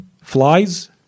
flies